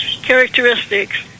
characteristics